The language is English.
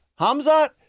Hamzat